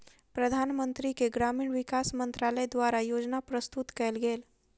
प्रधानमंत्री के ग्रामीण विकास मंत्रालय द्वारा योजना प्रस्तुत कएल गेल